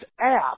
app